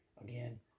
Again